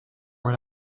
what